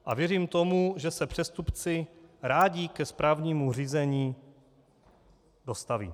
A věřím tomu, že se přestupci rádi ke správnímu řízení dostaví.